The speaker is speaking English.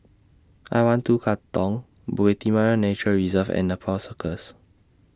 I one two Katong Bukit Timah Nature Reserve and Nepal Circus